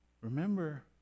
Remember